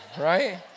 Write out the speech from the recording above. right